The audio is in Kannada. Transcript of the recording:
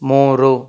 ಮೂರು